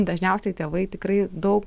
dažniausiai tėvai tikrai daug